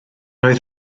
oedd